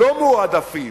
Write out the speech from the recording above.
לא מועדפים,